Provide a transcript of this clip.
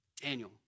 Daniel